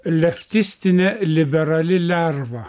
leftistinė liberali lerva